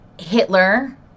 Hitler